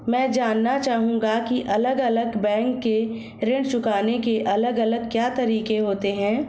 मैं जानना चाहूंगा की अलग अलग बैंक के ऋण चुकाने के अलग अलग क्या तरीके होते हैं?